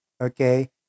okay